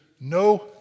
no